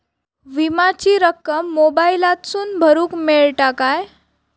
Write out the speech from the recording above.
विमाची रक्कम मोबाईलातसून भरुक मेळता काय?